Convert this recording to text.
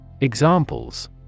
Examples